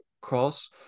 cross